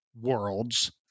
worlds